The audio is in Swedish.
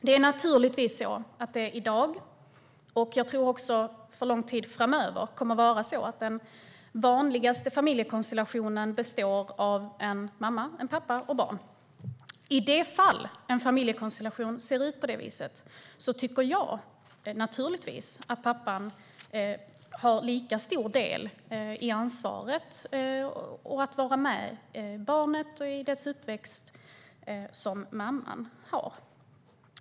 Herr talman! I dag är den vanligaste familjekonstellationen - och så tror jag att det kommer att vara för lång tid framöver - en mamma, en pappa och barn. I de fall en familjekonstellation ser ut på det viset tycker jag naturligtvis att pappan har lika stor del i ansvaret och att vara med barnet under dess uppväxt som mamman har.